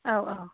औ औ